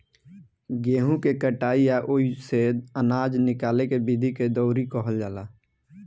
गेहूँ के कटाई आ ओइमे से आनजा निकाले के विधि के दउरी कहल जाला